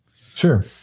Sure